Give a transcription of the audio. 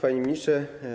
Panie Ministrze!